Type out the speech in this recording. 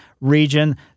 region